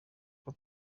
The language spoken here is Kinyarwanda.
uko